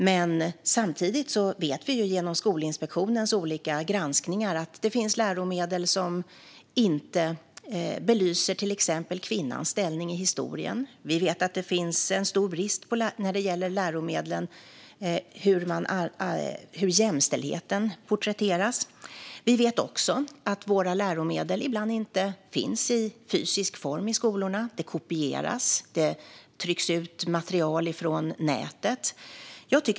Men samtidigt vet vi genom Skolinspektionens olika granskningar att det finns läromedel som inte belyser till exempel kvinnans ställning i historien. Vi vet att det finns en stor brist bland läromedel i hur jämställdhet porträtteras. Vi vet också att våra läromedel ibland inte finns i fysisk form i skolorna. Det kopieras, och det trycks ut material från nätet.